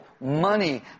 money